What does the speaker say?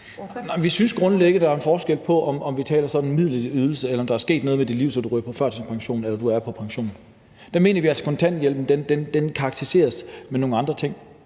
Vi synes grundlæggende, at der er en forskel på, om vi taler sådan midlertidig ydelse, om der er sket noget med dit liv, så du ryger på førtidspension, eller om du er på pension. Der mener vi altså, at kontanthjælpen karakteriseres ved nogle andre ting.